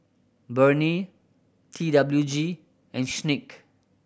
Burnie T W G and